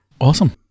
Awesome